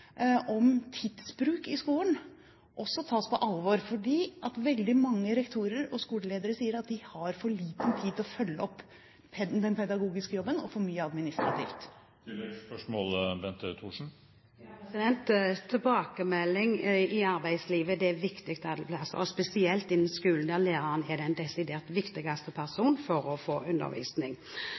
om tidsbruk i skolen, også tas på alvor, fordi veldig mange rektorer og skoleledere sier at de har for lite tid til å følge opp den pedagogiske jobben og for mye administrativt arbeid. Tilbakemelding i arbeidslivet er viktig alle steder, og spesielt innen skolen, der læreren er den desidert viktigste personen for å få god undervisning.